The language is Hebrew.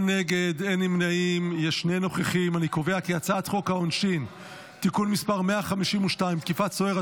את הצעת חוק העונשין (תיקון מס' 152) (תקיפת סוהר),